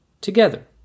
together